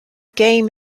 game